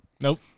Nope